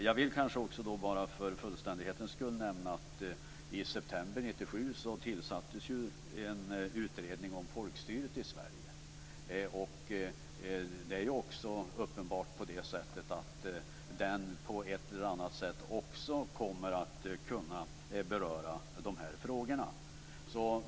Jag vill bara för fullständighetens skull nämna att en utredning om folkstyret i Sverige tillsattes i september 1997. Det är också uppenbart på det sättet att den på ett eller annat sätt också kommer att kunna beröra dessa frågor.